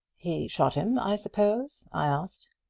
he shot him, i suppose? i asked.